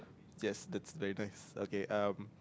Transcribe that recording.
just the very nice okay um